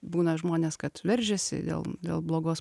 būna žmonės kad veržiasi dėl dėl blogos